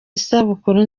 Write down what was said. isabukuru